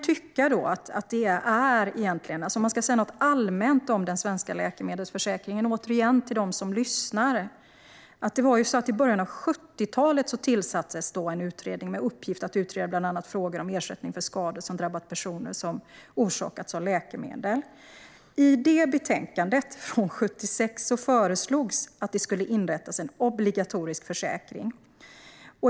Om man ska säga något allmänt om den svenska läkemedelsförsäkringen, återigen till dem som lyssnar på debatten, är det att det i början av 70-talet tillsattes en utredning med uppgift att bland annat utreda frågor om ersättning för skador som orsakats av läkemedel. I det betänkandet, som kom 1976, föreslogs att det skulle inrättas en obligatorisk försäkring.